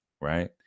right